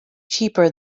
cheaper